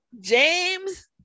James